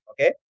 Okay